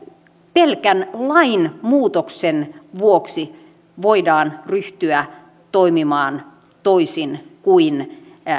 pelkän lainmuutoksen vuoksi voidaan ryhtyä toimimaan toisin kuin